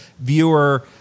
viewer